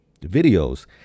videos